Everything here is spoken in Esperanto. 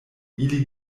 ili